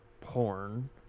porn